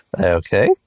Okay